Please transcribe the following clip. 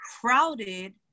crowded